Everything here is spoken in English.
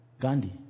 Gandhi